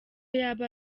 yaba